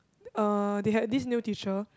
uh they had this new teacher